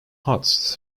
huts